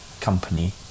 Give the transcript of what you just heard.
company